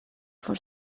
for